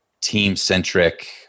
team-centric